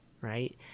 right